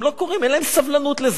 הם לא קוראים, אין להם סבלנות לזה.